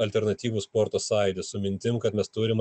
alternatyvų sporto sąjūdį su mintim kad mes turim